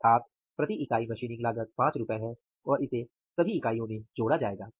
अर्थात प्रति इकाई मशीनिंग लागत 5 रुपये है और इसे सभी में जोड़ा जाएगा